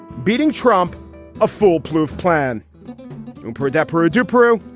beating trump a full proof plan for adepero de peru.